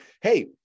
hey